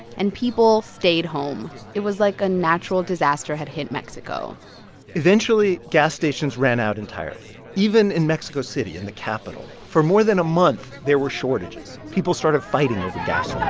and people stayed home. it was like a natural disaster had hit mexico eventually, gas stations ran out entirely, even in mexico city, in the capital. for more than a month, there were shortages. people started fighting over gas